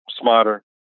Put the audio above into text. smarter